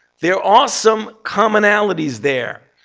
there are some commonalities there.